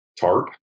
Tart